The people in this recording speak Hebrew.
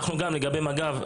לגבי מג"ב,